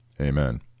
Amen